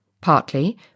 partly